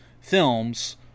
films